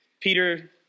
Peter